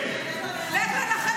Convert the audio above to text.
מחבלים.